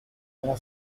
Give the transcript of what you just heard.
nella